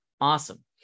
awesome